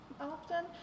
often